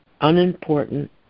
unimportant